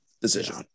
decision